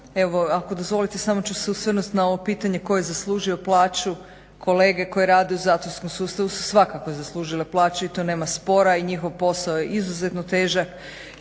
ako dozvolite samo ću se osvrnuti na ovo pitanje tko je zaslužio plaću, kolege koji rade zatvorskom sustavu su svakako zaslužile plaću i tu nema spora. I njihov posao je izuzetno težak